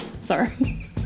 sorry